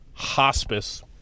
hospice